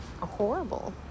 horrible